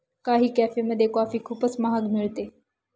काही कॅफेमध्ये कॉफी खूपच महाग मिळते